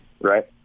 right